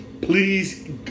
Please